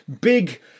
big